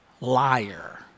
liar